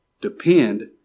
Depend